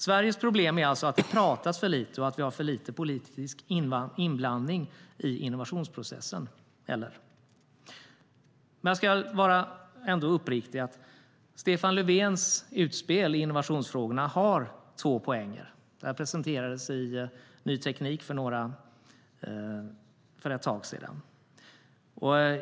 Sveriges problem är alltså att det pratas för lite och att vi har för lite politisk inblandning i innovationsprocessen. Eller? Jag ska vara uppriktig och säga att Stefan Löfvens utspel i innovationsfrågorna har två poänger. Det här presenterades i Ny Teknik för ett tag sedan.